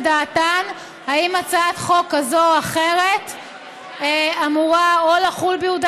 דעתן אם הצעת חוק כזאת או אחרת אמורה או לחול ביהודה